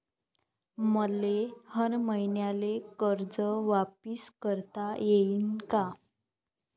मले हर मईन्याले कर्ज वापिस करता येईन का?